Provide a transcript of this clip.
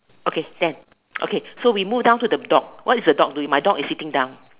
okay ten okay so we move down to the dog what is your dog doing my dog is sitting down